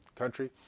country